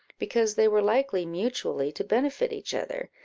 because they were likely mutually to benefit each other,